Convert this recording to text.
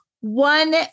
one